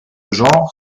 genre